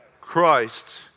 Christ